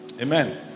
Amen